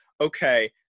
okay